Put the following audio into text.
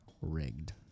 rigged